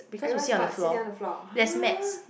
everyone is what sitting on the floor !huh!